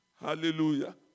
Hallelujah